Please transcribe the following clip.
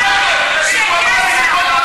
מה זה קשור,